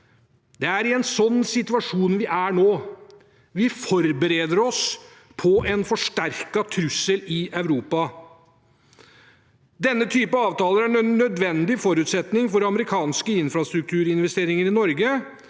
Det er i en slik situasjon vi er nå. Vi forbereder oss på en forsterket trussel i Europa. Denne typen avtaler er en nødvendig forutsetning for amerikanske infrastrukturinvesteringer i Norge,